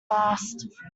last